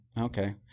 Okay